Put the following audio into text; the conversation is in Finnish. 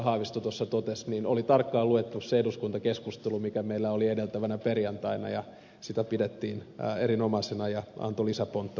haavisto tuossa totesi oli tarkkaan luettu se eduskuntakeskustelu mikä meillä oli edeltävänä perjantaina ja sitä pidettiin erinomaisena ja se antoi lisäpontta meidän rauhanturvaajillemme